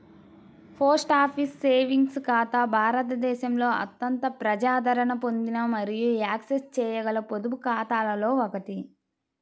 post office savings ఖాతా భారతదేశంలో అత్యంత ప్రజాదరణ పొందిన మరియు యాక్సెస్ చేయగల పొదుపు ఖాతాలలో ఒకటి